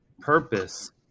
purpose